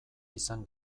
izan